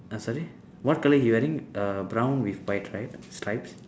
uh sorry what colour he wearing err brown with white stripe stripes